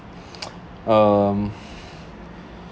um